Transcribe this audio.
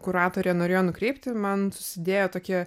kuratorė norėjo nukreipti man susidėjo tokie